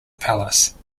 palace